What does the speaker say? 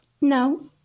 No